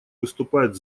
выступает